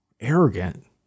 arrogant